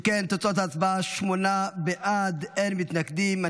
אם כן, תוצאות ההצבעה, שמונה בעד, אין מתנגדים.